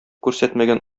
күрсәтмәгән